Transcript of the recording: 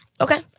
Okay